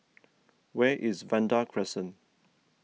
where is Vanda Crescent